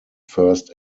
first